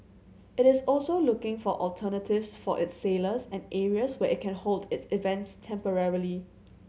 it is also looking for alternatives for its sailors and areas where it can hold its events temporarily